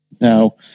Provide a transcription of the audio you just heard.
Now